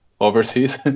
overseas